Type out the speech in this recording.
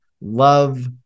love